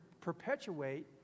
perpetuate